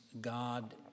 God